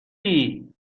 ریهمین